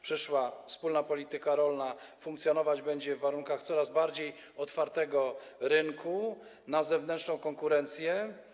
Przyszła wspólna polityka rolna funkcjonować będzie w warunkach coraz bardziej otwartego rynku na zewnętrzną konkurencję.